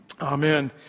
Amen